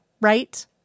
right